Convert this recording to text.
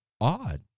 odd